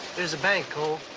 there's the bank, cole.